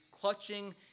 clutching